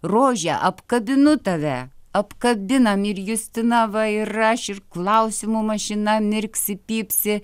rože apkabinu tave apkabinam ir justina va ir aš ir klausimų mašina mirksi pypsi